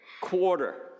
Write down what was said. quarter